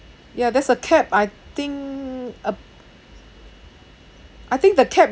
ya there's a cap I think ab~ I think the cap